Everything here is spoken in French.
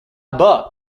bas